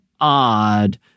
odd